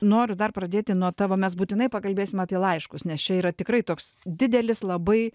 noriu dar pradėti nuo tavo mes būtinai pakalbėsim apie laiškus nes čia yra tikrai toks didelis labai